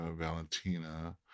Valentina